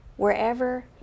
wherever